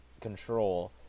control